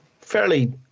fairly